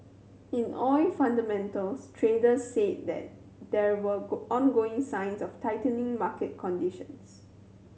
in oil fundamentals traders said that there were ongoing signs of tightening market conditions